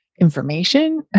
information